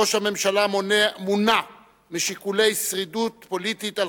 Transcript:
ראש הממשלה מונע משיקולי שרידות פוליטית על